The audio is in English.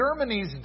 Germany's